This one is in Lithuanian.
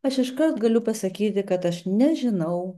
aš iškart galiu pasakyti kad aš nežinau